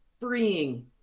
freeing